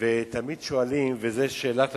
ואני מודה לה על כך, בעצם היתה